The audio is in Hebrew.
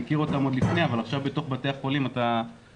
מכיר אותן עוד לפני אבל עכשיו בתוך בתי החולים אתה רואה